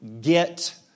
get